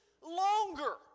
longer